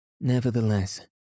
Nevertheless